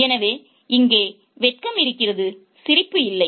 எனவே இங்கே சங்கடம் இருக்கிறது சிரிப்பு இல்லை